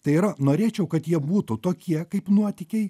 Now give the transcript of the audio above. tai yra norėčiau kad jie būtų tokie kaip nuotykiai